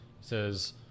says